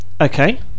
okay